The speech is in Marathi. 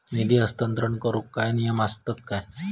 निधी हस्तांतरण करूक काय नियम असतत काय?